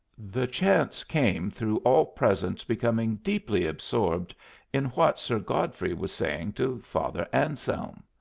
the chance came through all present becoming deeply absorbed in what sir godfrey was saying to father anselm.